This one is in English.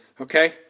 Okay